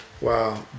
Wow